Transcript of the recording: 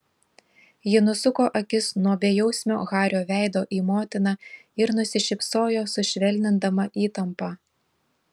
ji nusuko akis nuo bejausmio hario veido į motiną ir nusišypsojo sušvelnindama įtampą